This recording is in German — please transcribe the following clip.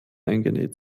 eingenäht